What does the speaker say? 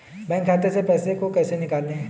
Bank खाते से पैसे को कैसे निकालें?